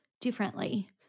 differently